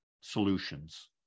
solutions